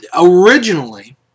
originally